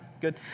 good